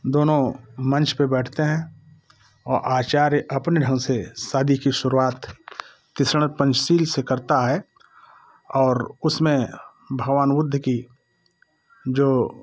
दोनों मंच पे बैठते हैं और आचार्य अपने ढंग से शादी की शुरुआत तीक्ष्ण पंचशील से करता है और उसमें भगवान बुद्ध की जो